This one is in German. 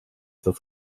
das